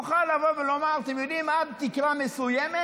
נוכל לבוא ולומר, אתם יודעים, שעד תקרה מסוימת